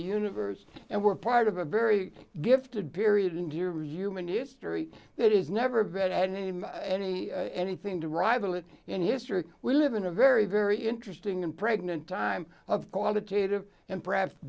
universe and we're part of a very gifted period in your human history that is never a bad name any anything to rival it in history we live in a very very interesting and pregnant time of qualitative and perhaps